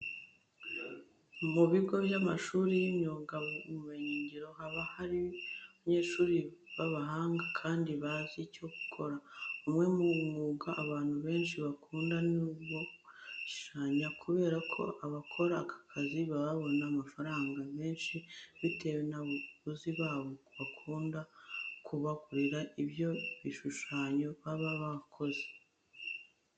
Mu bigo by'amashuri y'imyuga n'ubumenyingiro haba higa abanyeshuri b'abahanga kandi bazi icyo gukora. Umwe mu mwuga abantu benshi bakunda ni uwo gushushanya kubera ko abakora aka kazi babona amafaranga menshi bitewe n'abaguzi babo bakunda kubagurira ibyo bishushanyo baba bakoze.